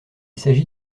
s’agit